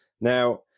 Now